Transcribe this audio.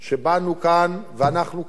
שבאנו לכאן ואנחנו כאן,